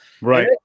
right